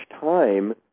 time